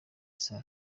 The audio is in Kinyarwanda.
saa